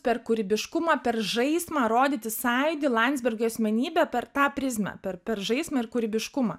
per kūrybiškumą per žaismą rodyti sąjūdį landsbergio asmenybę per tą prizmę per per žaismą ir kūrybiškumą